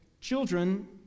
children